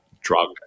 drug